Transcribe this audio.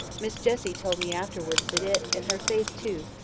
miss jessie told me afterwards that it, and her face too,